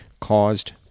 caused